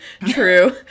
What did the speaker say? True